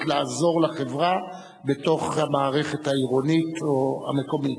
לעזור לחברה בתוך המערכת העירונית או המקומית.